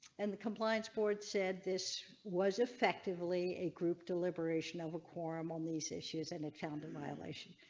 and the compliance board said this was effectively a group deliberation of a quorum on these issues, and it found in violation.